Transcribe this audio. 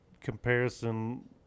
comparison